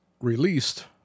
released